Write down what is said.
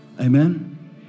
amen